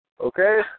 Okay